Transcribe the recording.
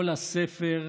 כל הספר ריק.